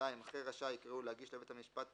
(2)אחרי "רשאי" יקראו "להגיש לבית משפט